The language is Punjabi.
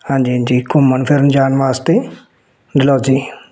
ਹਾਂਜੀ ਹਾਂਜੀ ਘੁੰਮਣ ਫਿਰਨ ਜਾਣ ਵਾਸਤੇ ਡਲਹੋਜੀ